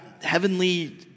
heavenly